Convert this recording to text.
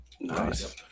Nice